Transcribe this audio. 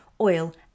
oil